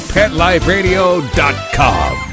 PetLifeRadio.com